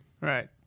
Right